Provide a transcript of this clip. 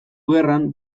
gerran